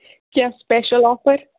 کیٚنٛہہ special offer